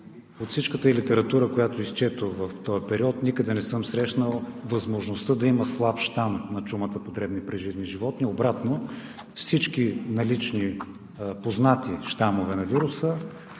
От всичката литература, която изчетох в този период, никъде не съм срещнал възможността да има слаб щам на чумата по дребни преживни животни. Обратно – всички налични познати щамове на вируса